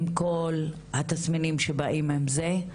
עם כל התסמינים שבאים עם זה.